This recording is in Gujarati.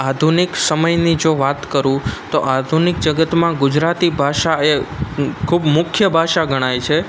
આધુનિક સમયની જો વાત કરું તો આધુનિક જગતમાં ગુજરાતી ભાષા એ ખૂબ મુખ્ય ભાષા ગણાય છે